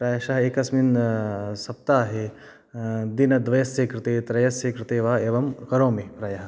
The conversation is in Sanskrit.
प्रायशः एकस्मिन् सप्ताहे दिनद्वयस्य कृते त्रयस्य कृते वा एवं करोमि प्रायः